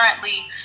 currently